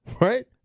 right